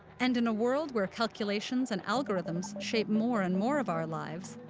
and in a world where calculations and algorithms shape more and more of our lives,